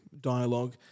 dialogue